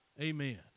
Amen